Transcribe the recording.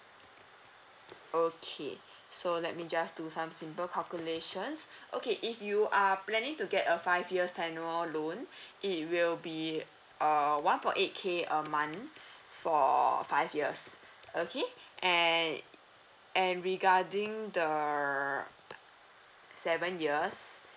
okay so let me just do some simple calculations okay if you are planning to get a five years tenure loan it will be err one point eight k a month for five years okay and and regarding the err seven years